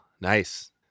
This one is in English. Nice